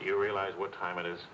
you realize what time it is